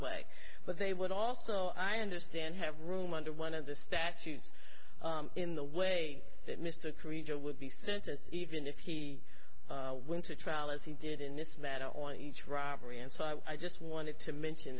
way but they would also i understand have room under one of the statutes in the way that mr creature would be sentenced even if he wins a trial as he did in this matter on each robbery and so i just wanted to mention